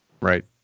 Right